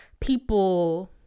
People